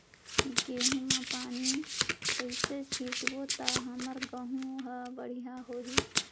गहूं म पानी कइसे सिंचबो ता हमर गहूं हर बढ़िया होही?